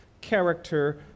character